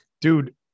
Dude